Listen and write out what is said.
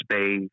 space